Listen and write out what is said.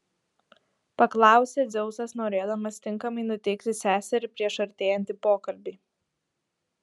paklausė dzeusas norėdamas tinkamai nuteikti seserį prieš artėjantį pokalbį